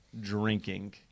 drinking